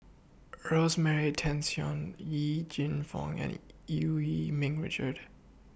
Rosemary Tessensohn Yee Jenn Fong and EU Yee Ming Richard